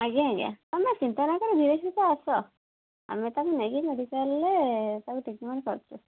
ଆଜ୍ଞା ଆଜ୍ଞା ତୁମେ ଚିନ୍ତା ନ କରି ଧୀରେ ସୁସ୍ଥେ ଆସ ଆମେ ତାକୁ ନେଇକି ମେଡ଼ିକାଲ୍ରେ ତାକୁ ଟ୍ରିଟ୍ମେଣ୍ଟ କରୁଛୁ